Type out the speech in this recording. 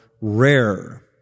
rare